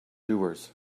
doers